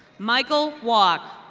michael wock.